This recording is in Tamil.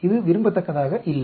இது விரும்பத்தக்கதாக இல்லை